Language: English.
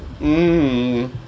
Mmm